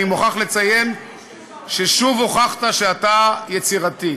אני מוכרח לציין ששוב הוכחת שאתה יצירתי.